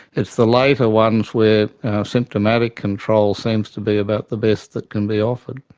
it's the later ones where symptomatic control seems to be about the best that can be offered.